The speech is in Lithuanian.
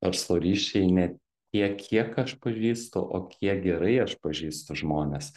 verslo ryšiai ne tiek kiek aš pažįstu o kiek gerai aš pažįstu žmones